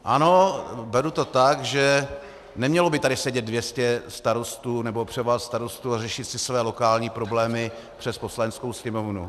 Ano, beru to tak, že nemělo by tady sedět 200 starostů nebo převaha starostů a řešit si své lokální problémy přes Poslaneckou sněmovnu.